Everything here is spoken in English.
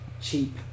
cheap